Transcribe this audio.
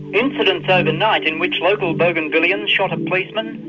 incidents overnight in which local bougainvilleans shot a policeman,